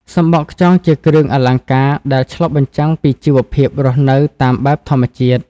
សំបកខ្យងជាគ្រឿងអលង្ការដែលឆ្លុះបញ្ចាំងពីជីវភាពរស់នៅតាមបែបធម្មជាតិ។